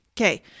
Okay